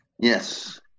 Yes